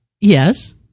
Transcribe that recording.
Yes